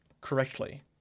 correctly